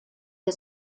wir